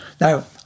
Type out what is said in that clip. now